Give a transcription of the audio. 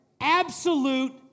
absolute